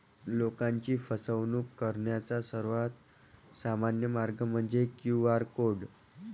लोकांची फसवणूक करण्याचा सर्वात सामान्य मार्ग म्हणजे क्यू.आर कोड